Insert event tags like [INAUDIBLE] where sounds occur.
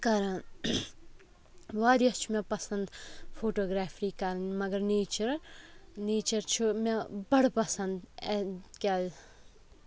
کَران واریاہ چھِ مےٚ پَسَنٛد فوٹوگرٛیفری کَرٕنۍ مَگَر نیچَر نیچَر چھُ مےٚ بَڑٕ پَسَنٛد [UNINTELLIGIBLE] کیٛازِ